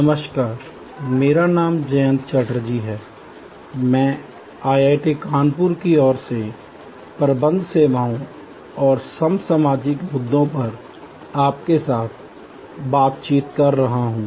नमस्कार मेरा नाम जयंत चटर्जी है मैं IIT कानपुर की ओर से प्रबंध सेवाओं और समसामयिक मुद्दों पर आपके साथ बातचीत कर रहा हूं